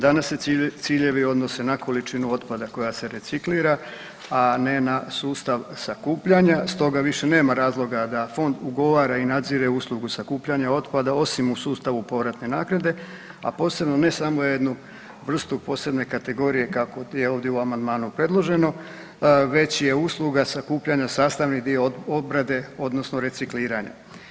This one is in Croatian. Danas se ciljevi odnose na količinu otpada koja se reciklira, a ne na sustav sakupljanja stoga više nema razloga da Fond ugovara i nadzire uslugu sakupljanja otpada, osim u sustavu povratne naknade, a posebno ne samo jednu vrstu posebne kategorije kako je ovdje u amandmanu predloženo, već je usluga sakupljanja sastavni dio obrade, odnosno recikliranja.